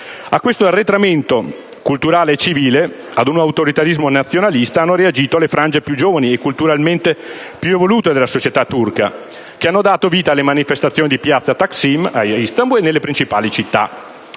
A questo arretramento culturale e civile, ad un autoritarismo nazionalista hanno reagito le frange più giovani e culturalmente più evolute della società turca, che hanno dato vita alle manifestazioni di piazza Taksim, a Istanbul, e nelle principali città.